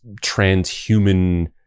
transhuman